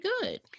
good